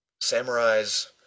Samurai's